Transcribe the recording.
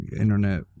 internet